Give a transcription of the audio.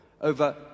over